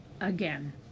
again